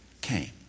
came